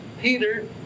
Peter